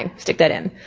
and stick that in.